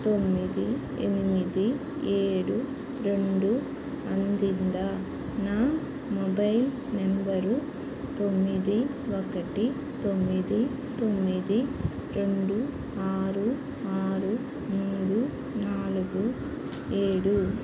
తొమ్మిది ఎనిమిది ఏడు రెండు అందిందా నా మొబైల్ నంబర్ నంబరు తొమ్మిది ఒకటి తొమ్మిది తొమ్మిది రెండు ఆరు ఆరు మూడు నాలుగు ఏడు